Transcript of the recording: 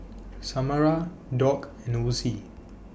Samara Doug and Osie